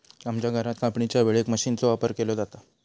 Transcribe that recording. आमच्या घरात कापणीच्या वेळेक मशीनचो वापर केलो जाता